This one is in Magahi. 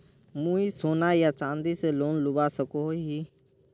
मुई सोना या चाँदी से लोन लुबा सकोहो ही?